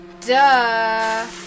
Duh